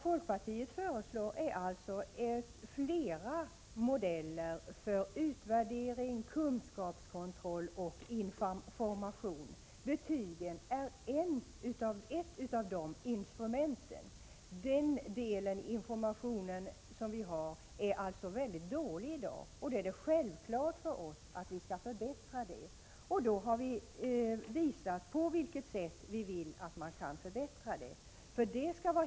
Folkpartiet föreslår flera modeller för utvärdering, kunskapskontroll och information. Betygen är ett av de instrumenten. Den delen med information som vi har i dag är således mycket dålig. Det är självklart för oss att vi skall förbättra detta. Vi har visat på vilket sätt vi vill att man skall förbättra det.